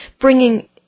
bringing